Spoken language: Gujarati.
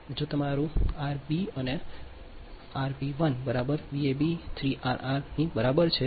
તો અને તમારું અને આ અને સોરી વાબ બરાબર Vab 3R R ની બરાબર છે